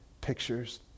pictures